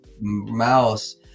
mouse